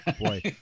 Boy